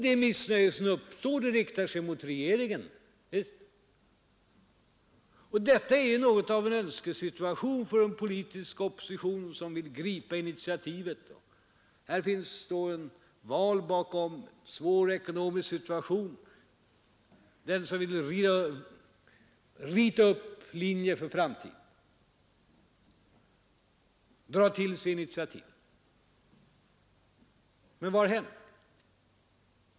Det missnöje som uppstår riktar sig mot regeringen, Detta är något av en önskesituation för en opposition, som vill gripa initiativet — efter ett val och under en svår ekonomisk situation som vill rita upp linjer för framtiden, dra till sig initiativet. Men vad har hänt?